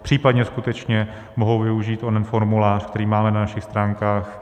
Případně skutečně mohou použít onen formulář, který máme na našich stránkách.